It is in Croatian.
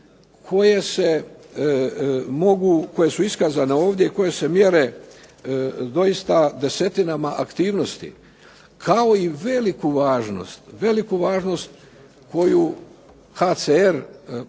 koje su iskazane ovdje, koje se mjere doista desetinama aktivnosti kao i veliku važnost, veliku